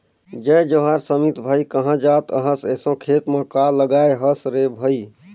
जय जोहार समीत भाई, काँहा जात अहस एसो खेत म काय लगाय हस रे भई?